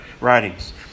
writings